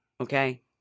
okay